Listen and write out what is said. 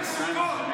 לא.